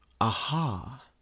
Aha